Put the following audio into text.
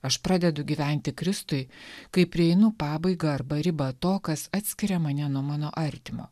aš pradedu gyventi kristui kai prieinu pabaigą arba ribą to kas atskiria mane nuo mano artimo